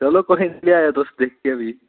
चलो कोई निं लेई आएओ तुस फिर दिक्खगे